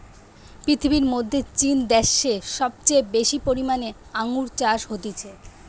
পৃথিবীর মধ্যে চীন দ্যাশে সবচেয়ে বেশি পরিমানে আঙ্গুর চাষ হতিছে